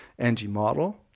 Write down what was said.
ngModel